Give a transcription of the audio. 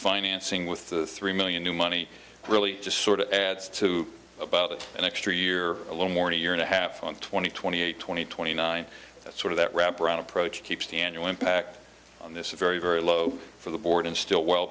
financing with the three million new money really just sort of adds to about an extra year a little more new year and a half on twenty twenty eight twenty twenty nine that's sort of that wrap around approach keep stan you impact on this very very low for the board and still well